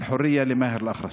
(אומר בערבית: החופש למאהר אל-אח'רס).